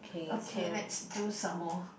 okay let's do some more